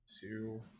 Two